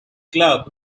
club